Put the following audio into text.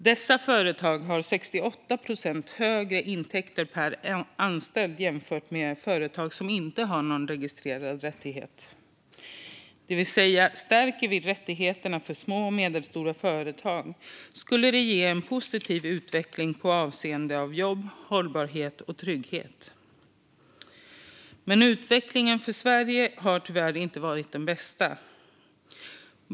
Dessa företag har 68 procent högre intäkter per anställd jämfört med företag som inte har någon registrerad rättighet. Om rättigheterna för små och medelstora företag stärks skulle det ge en positiv utveckling avseende jobb, hållbarhet och trygghet. Men utvecklingen för Sverige har tyvärr inte varit den bästa.